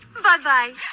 Bye-bye